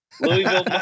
Louisville